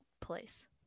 place